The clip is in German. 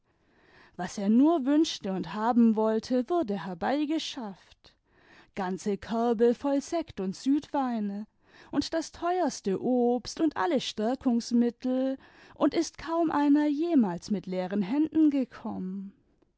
was er nur wünschte und haben wollte wurde herbeigeschafft ganze körbe voll sekt und südweine und das teuerste obst und alle stärkungsmittel und ist kaum einer jemals mit leeren händen gekommen